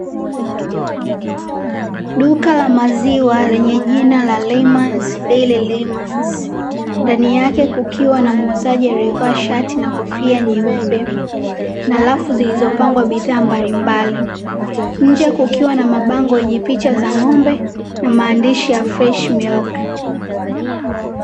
Duka la maziwa lenye jina la laymans Dairy Laymans, pembeni yake kukiwa na muuzaji alievaa shati na kofia nyeupe na rafu zilizopangwa bidhaa mbalimbali. Nje kukiwa na mabango yenye picha za ng'ombe na maandishi ya fresh milk